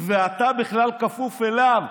ואתה בכלל כפוף אליו.